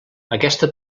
aquesta